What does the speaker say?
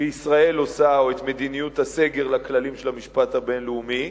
שישראל עושה או את מדיניות הסגר לכללים של המשפט הבין-לאומי.